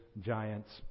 giants